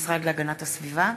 שהעביר המשרד להגנת הסביבה,